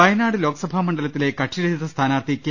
വയനാട് ലോക്സഭാ മണ്ഡലത്തിലെ കക്ഷിരഹിത സ്ഥാനാർത്ഥി കെ